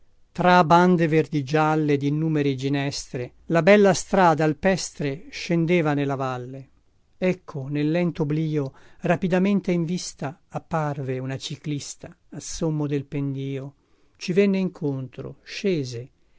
tra bande verdigialle dinnumeri ginestre la bella strada alpestre scendeva nella valle ecco nel lento oblio rapidamente in vista apparve una ciclista a sommo del pendio ci venne incontro scese